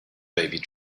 baby